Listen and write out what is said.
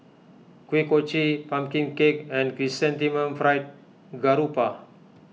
Kuih Kochi Pumpkin Cake and Chrysanthemum Fried Garoupa